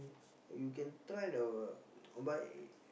you can try the uh buy